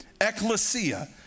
ecclesia